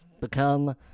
become